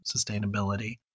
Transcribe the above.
sustainability